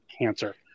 cancer